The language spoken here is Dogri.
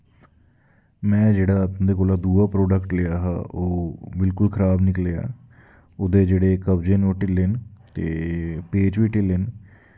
में जेह्ड़़ा तुं'दे कोला दुआ प्रोडक्ट लेआ हा ओह् बिल्कुल खराब निक्लेआ ओह्दे जेह्ड़े कबजे न ओह् ढिल्ले न ते पेच बी ढिल्ले न